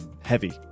heavy